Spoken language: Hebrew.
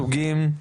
סוגים,